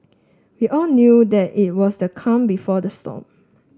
we all knew that it was the calm before the storm